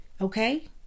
okay